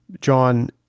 John